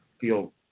feel